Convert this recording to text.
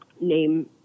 name